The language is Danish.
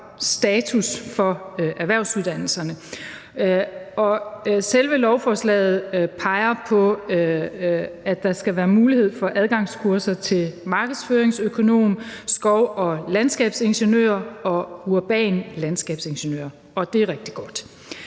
status for erhvervsuddannelserne. Selve lovforslaget peger på, at der skal være mulighed for adgangskurser til markedsføringsøkonom, skov- og landskabsingeniør og urban landskabsingeniør, og det er rigtig godt.